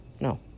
No